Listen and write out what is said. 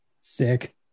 sick